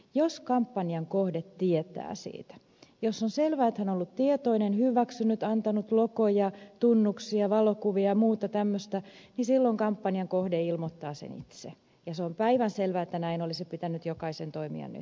jos kampanjan kohde tietää siitä jos on selvää että hän on ollut siitä tietoinen on sen hyväksynyt antanut logoja tunnuksia valokuvia ja muuta tämmöistä niin silloin kampanjan kohde ilmoittaa sen itse ja on päivänselvää että näin olisi pitänyt jokaisen toimia nyttenkin